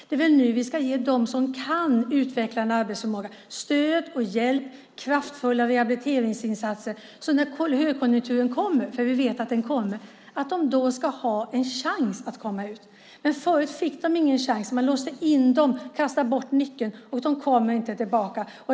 Det är väl nu som vi ska ge dem som kan utveckla en arbetsförmåga stöd och hjälp och kraftfulla rehabiliteringsinsatser så att de när högkonjunkturen kommer, för vi vet att den kommer, ska ha en chans att komma ut. Men förut fick de ingen chans. Man låste in dem och kastade bort nyckeln. De kom inte tillbaka.